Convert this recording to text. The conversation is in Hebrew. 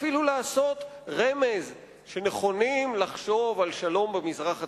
אפילו לתת רמז שנכונים לחשוב על שלום במזרח התיכון.